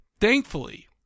Thankfully